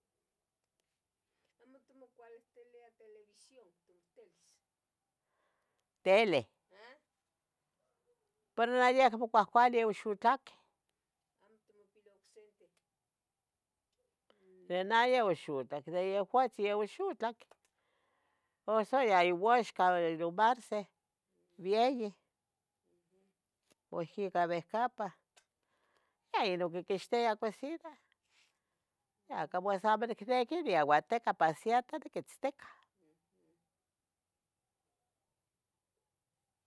¿Amo timoculitilia televisión, timotilis? tele? ah, pero yeh acmo cuali oxutlaqueh, amo timopilia ocsente de nayeh oxotlac de yehuatzin iyeua oxotlac uxa yeh iguaxca in don Marce, bieyi, uhm, porqui cah behcapa, yeh ino quiqixtia cocina, neh como sa amo nicpia iquiu niauanticah pa siempre niquitzticah, uhm, uhm.